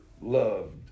loved